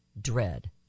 dread